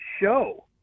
show